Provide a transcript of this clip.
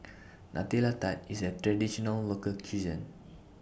Nutella Tart IS A Traditional Local Cuisine